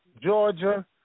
Georgia